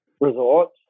resorts